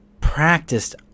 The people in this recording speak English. practiced